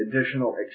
additional